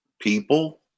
people